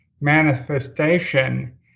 manifestation